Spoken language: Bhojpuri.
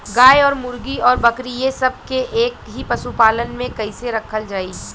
गाय और मुर्गी और बकरी ये सब के एक ही पशुपालन में कइसे रखल जाई?